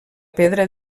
pedra